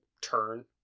turn